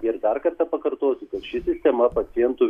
ir dar kartą pakartosiu kad ši sistema pacientų